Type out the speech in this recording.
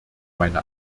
meine